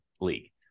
League